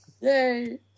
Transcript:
Yay